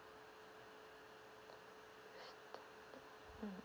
mm